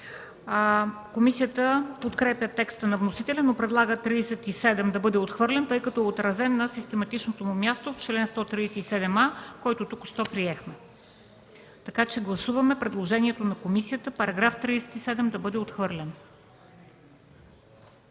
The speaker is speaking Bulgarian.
Комисията подкрепя текста на вносителя, но предлага § 37 да бъде отхвърлен, тъй като е отразен на систематичното му място в чл. 137а, който току-що приехме. Гласуваме предложението на комисията § 37 да бъде отхвърлен.